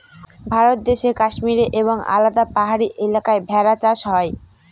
ভারত দেশে কাশ্মীরে এবং আলাদা পাহাড়ি এলাকায় ভেড়া চাষ হয়